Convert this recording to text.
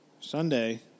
Sunday